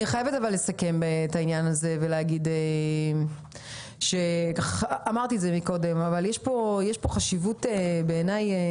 אני חייבת לסכם את העניין הזה ולהגיד שיש בנושא הזה חשיבות עליונה,